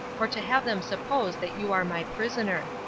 or to have them suppose that you are my prisoner.